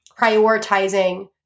prioritizing